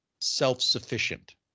self-sufficient